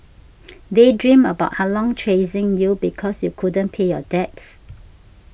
daydream about Ah Long chasing you because you couldn't pay your debts